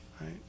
Right